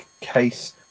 case